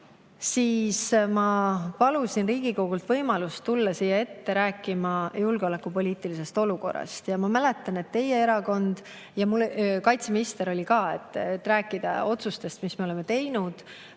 siis ma palusin Riigikogult võimalust tulla siia ette rääkima julgeolekupoliitilisest olukorrast. Kaitseminister oli ka, et rääkida otsustest, mis me oleme teinud.